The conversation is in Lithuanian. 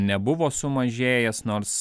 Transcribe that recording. nebuvo sumažėjęs nors